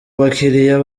bakiriya